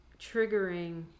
triggering